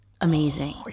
amazing